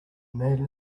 man